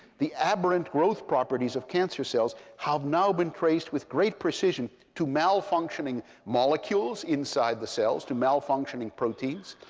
the aberrant growth properties of cancer cells have now been traced with great precision to malfunctioning molecules inside the cells, to malfunctioning proteins.